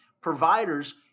providers